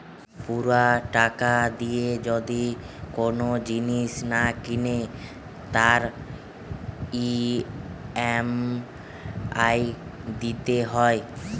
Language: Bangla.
পুরা টাকা দিয়ে যদি কোন জিনিস না কিনে তার ই.এম.আই দিতে হয়